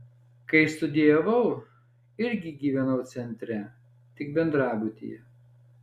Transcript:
kai studijavau irgi gyvenau centre tik bendrabutyje